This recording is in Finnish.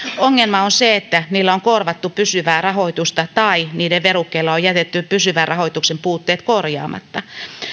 ongelma on se että niillä on korvattu pysyvää rahoitusta tai niiden verukkeella on jätetty pysyvän rahoituksen puutteet korvaamatta